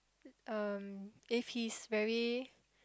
um if he's very